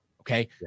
Okay